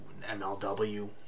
MLW